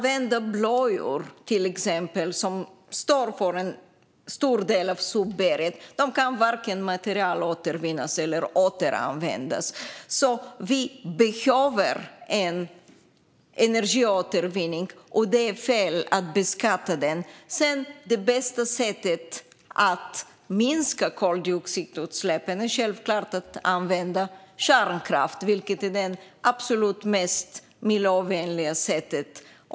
Men till exempel använda blöjor, som står för en stor del av sopberget, kan varken materialåtervinnas eller återanvändas. Vi behöver alltså en energiåtervinning, och det är fel att beskatta den. Det bästa sättet att minska koldioxidutsläppen är självklart att använda kärnkraft, vilket är det absolut mest miljövänliga sättet.